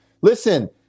listen